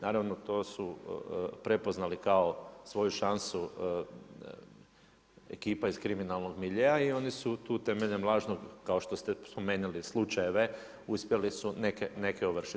Naravno, to su prepoznali kao svoju šansu ekipa iz kriminalnog miljea i oni su tu temeljem lažnog kao što se spomenuli slučajeve, uspjeli su neke ovršiti.